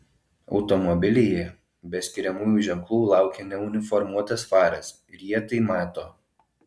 automobilyje be skiriamųjų ženklų laukia neuniformuotas faras ir jie tai mato